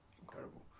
incredible